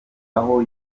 aho